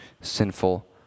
sinful